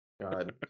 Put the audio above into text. God